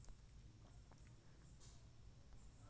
గొంగళి పురుగు వల్ల జరిగే నష్టాలేంటి?